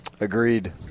Agreed